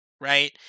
Right